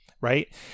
right